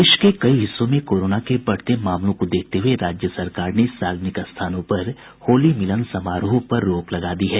देश के कई हिस्सों में कोरोना के बढ़ते मामलों को देखते हुए राज्य सरकार ने सार्वजनिक स्थानों पर होली मिलन समारोह पर रोक लगा दी है